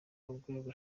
urwego